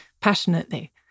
passionately